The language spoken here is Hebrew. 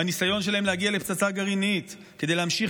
מהניסיון שלהם להגיע לפצצה גרעינית כדי להמשיך